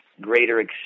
greater